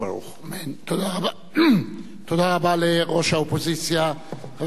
תודה רבה לראש האופוזיציה, חבר הכנסת שאול מופז.